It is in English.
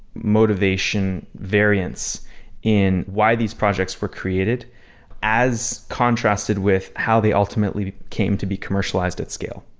motivation, variance in why these projects were created as contrasted with how they ultimately came to be commercialized at scale.